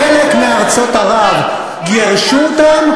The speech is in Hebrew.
בחלק מארצות ערב גירשו אותם,